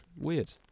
Weird